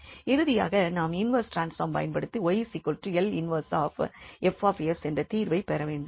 இறுதியாக நாம் இன்வெர்ஸ் ட்ரான்ஸ்பார்மைப் பயன்படுத்தி 𝑦 𝐿−1𝐹𝑠 என்ற தீர்வை பெற வேண்டும்